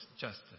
justice